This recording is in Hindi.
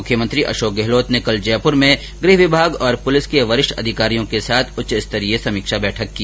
मुख्यमंत्री अशोक गहलोत ने कल जयपूर में गृह विभाग और पुलिस के वरिष्ठ अधिकारियों के साथ उच्च स्तरीय समीक्षा बैठक की